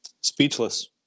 Speechless